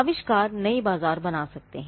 आविष्कार नए बाजार बना सकते हैं